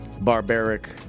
Barbaric